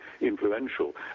influential